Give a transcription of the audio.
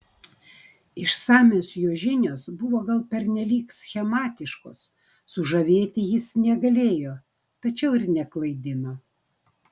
išsamios jo žinios buvo gal pernelyg schematiškos sužavėti jis negalėjo tačiau ir neklaidino